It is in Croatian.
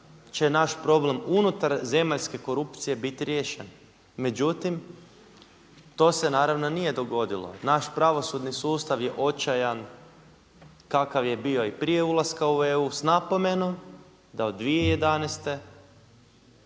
će naš problem unutar zemaljske korupcije biti riješen. Međutim, to se naravno nije dogodilo. Naš pravosudni sustav je očajan, kakav je bio i prije ulaska u EU s napomenom da od 2011.